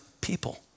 people